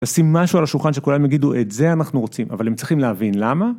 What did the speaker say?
לשים משהו על השולחן שכולם יגידו את זה אנחנו רוצים, אבל הם צריכים להבין למה.